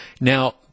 Now